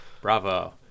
bravo